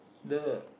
the